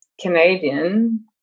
Canadian